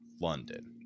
London